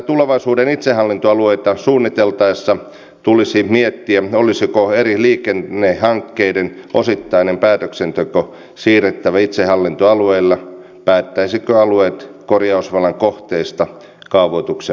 tulevaisuuden itsehallintoalueita suunniteltaessa tulisi miettiä olisiko eri liikennehankkeiden osittainen päätöksenteko siirrettävä itsehallintoalueille päättäisivätkö alueet korjausvelan kohteista kaavoituksen lisäksi